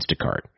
Instacart